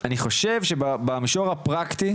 גם לנו אנחנו יש לנו מחויבות פה בתוך הקואליציה לעשות,